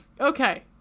Okay